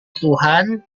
tuhan